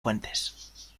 fuentes